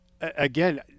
again